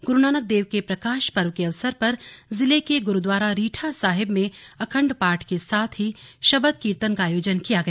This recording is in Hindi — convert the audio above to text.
गुरु नानक देव के प्रकाश पर्व के अवसर पर जिले के गुरु द्वारा रीठा साहिब में अखण्ड पाठ की लड़ी पढ़ने के साथ ही शबद कीर्तन का आयोजन किया गया